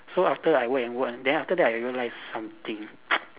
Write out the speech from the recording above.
so after I go and work then after that I realised something